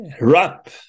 Rap